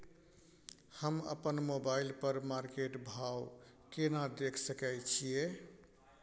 हम अपन मोबाइल पर मार्केट भाव केना देख सकै छिये?